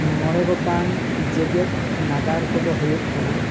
ᱢᱚᱬᱮ ᱜᱚᱴᱟᱝ ᱡᱮᱜᱮᱛ ᱱᱟᱜᱟᱨ ᱠᱚᱫᱚ ᱦᱩᱭᱩᱜ ᱠᱟᱱᱟ